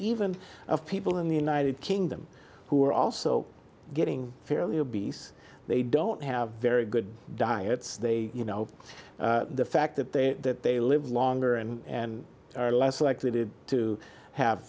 even of people in the united kingdom who are also getting fairly obese they don't have very good diets they you know the fact that the they live longer and are less likely to have